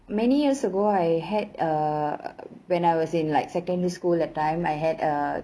many years ago I had err when I was in like secondary school that time I had err